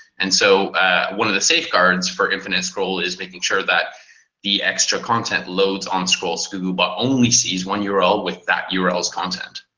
and so one of the safeguards for infinite scroll is making sure that the extra content loads onscroll. googlebot only sees one yeah url with that yeah url's content.